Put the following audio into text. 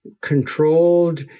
controlled